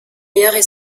meilleures